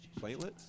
Platelets